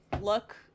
look